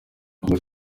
mbere